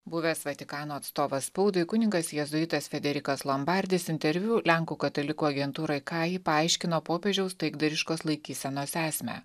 buvęs vatikano atstovas spaudai kunigas jėzuitas frederikas lombardis interviu lenkų katalikų agentūrai kaji paaiškino popiežiaus taikdariškos laikysenos esmę